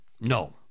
No